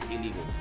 illegal